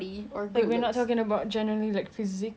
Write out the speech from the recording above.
for boys right we're not talking about with pairs